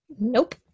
Nope